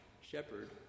shepherd